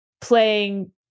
playing